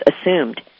assumed